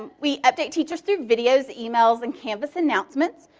and we update teachers through videos, emails, and canvas announcements.